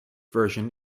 version